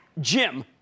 Jim